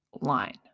line